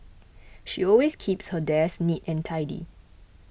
she always keeps her desk neat and tidy